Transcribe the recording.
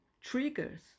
triggers